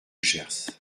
gers